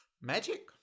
Magic